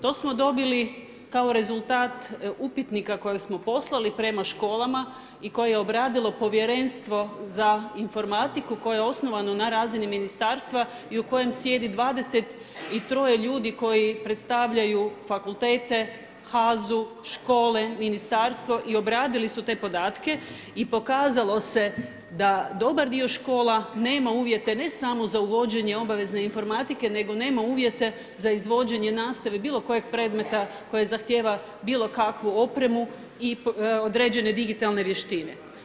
To smo dobili kao rezultat upitnika kojeg smo poslali prema školama i koje je obradilo Povjerenstvo za informatiku koje je osnovano na razini ministarstva i u kojem sjedi 23 ljudi koji predstavljaju fakultete, HAZU, škole, ministarstvo i obradili su te podatke i pokazalo se da dobar dio škola nema uvjete, ne samo za uvođenje obavezne informatike nego nema uvjete za izvođenje nastave bilo kojeg predmeta koje zahtjeva bilo kakvu opremu i određene digitalne vještine.